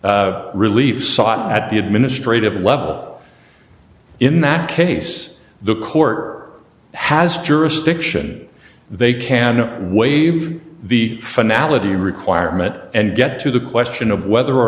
relief sought at the administrative level in that case the court has jurisdiction they can waive the finality requirement and get to the question of whether or